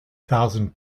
thousand